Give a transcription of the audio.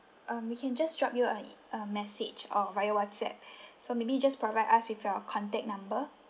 um we can just drop you a a message or via whatsapp so maybe just provide us with your contact number